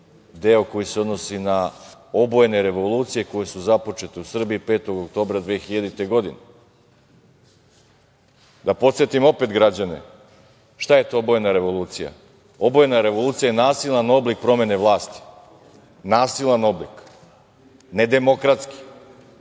deo koji se odnosi na obojene revolucije koje su započete u Srbiji 5. oktobra 2000. godine. Da podsetim opet građane - šta je to obojena revolucija. Obojena revolucija je nasilan oblik promene vlasti. Nasilan oblik, nedemokratski